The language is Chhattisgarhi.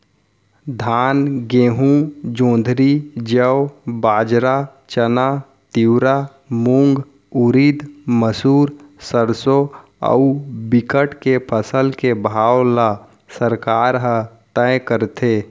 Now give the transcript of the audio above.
धान, गहूँ, जोंधरी, जौ, बाजरा, चना, तिंवरा, मूंग, उरिद, मसूर, सरसो अउ बिकट के फसल के भाव ल सरकार ह तय करथे